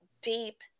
deep